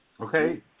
Okay